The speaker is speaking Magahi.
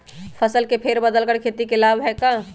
फसल के फेर बदल कर खेती के लाभ है का?